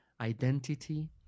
identity